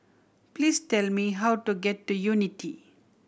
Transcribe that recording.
please tell me how to get to Unity